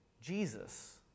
Jesus